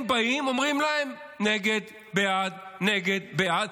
הם באים, אומרים להם: נגד, בעד, נגד, בעד.